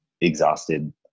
exhausted